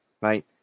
Right